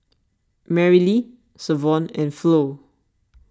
Marilee Savon and Flo